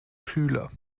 schüler